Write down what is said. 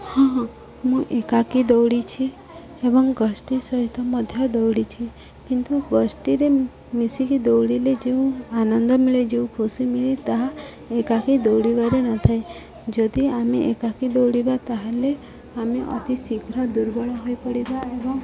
ହଁ ହଁ ମୁଁ ଏକାକି ଦୌଡ଼ିଛି ଏବଂ ଗୋଷ୍ଠୀ ସହିତ ମଧ୍ୟ ଦୌଡ଼ିଛି କିନ୍ତୁ ଗୋଷ୍ଠୀରେ ମିଶିକି ଦୌଡ଼ିଲେ ଯେଉଁ ଆନନ୍ଦ ମିଳେ ଯେଉଁ ଖୁସି ମିଳେ ତାହା ଏକାକି ଦୌଡ଼ିବାରେ ନଥାଏ ଯଦି ଆମେ ଏକାକି ଦୌଡ଼ିବା ତା'ହେଲେ ଆମେ ଅତି ଶୀଘ୍ର ଦୁର୍ବଳ ହୋଇପଡ଼ିବା ଏବଂ